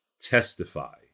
testify